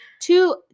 two